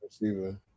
Receiver